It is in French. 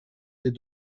des